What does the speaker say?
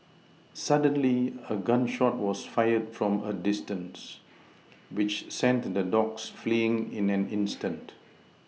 suddenly a gun shot was fired from a distance which sent the dogs fleeing in an instant